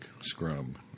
scrum